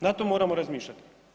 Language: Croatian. Na to moramo razmišljati.